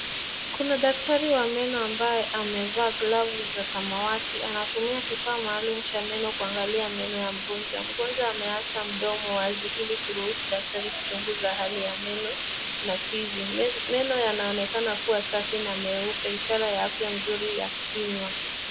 Kuna daktari wa meno ambaye amevaa glavu za samawati, anatumia kifaa maalum cha meno kuangalia meno ya mgonjwa. Mgonjwa ameacha mdomo wazi ili kuruhusu daktari kuchunguza hali ya meno na fizi. Meno yanaonekana kuwa safi na meupe, ishara ya afya nzuri ya kinywa.